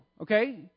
okay